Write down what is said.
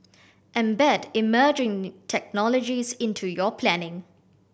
embed emerging technologies into your planning